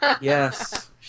Yes